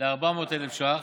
ל-400,000 ש"ח,